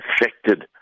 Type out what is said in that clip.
affected